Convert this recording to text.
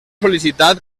sol·licitat